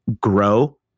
grow